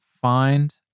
find